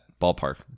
ballpark